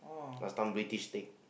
last time British take